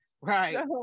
right